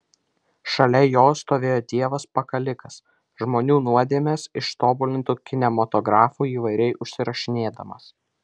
šalia jo stovėjo dievas pakalikas žmonių nuodėmes ištobulintu kinematografu įvairiai užrašinėdamas